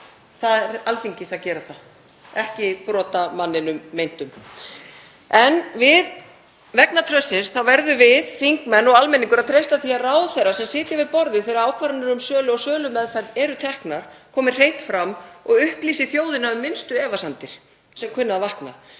Það er Alþingis að gera það, ekki meints brotamanns. En vegna traustsins verðum við, þingmenn og almenningur, að treysta því að ráðherrar, sem sitja við borðið þegar ákvarðanir um sölu og sölumeðferð eru teknar, komi hreint fram og upplýsi þjóðina um minnstu efasemdir sem kunna að vakna.